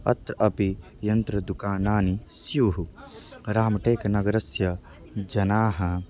अत्र अपि यन्त्रदुकानानि स्युः रामटेक् नगरस्य जनाः